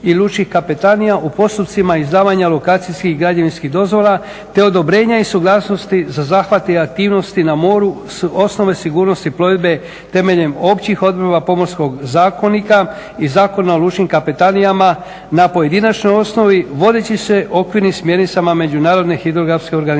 i lučkih kapetanija u postupcima izdavanja lokacijskih i građevinskih dozvola te odobrenja i suglasnosti za zahvate i aktivnosti na moru s osnove sigurnosti plovidbe temeljem općih odredbi Pomorskog zakona i Zakona o lučkim kapetanijama na pojedinačnoj osnovi vodeći se okvirnim smjernicama međunarodne hidrografske organizacije.